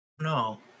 No